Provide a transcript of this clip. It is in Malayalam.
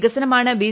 വികസനമാണ് ബി